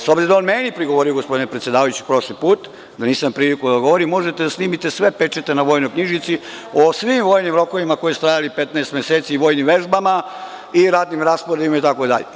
S obzirom da je on meni prigovorio, gospodine predsedavajući prošli put da nisam imao priliku da govorim, možete da snimite sve pečate na vojnoj knjižici o svim vojnim rokovima koji su trajali 15 meseci i vojnim vežbama i ratnim rasporedima itd.